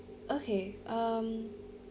okay um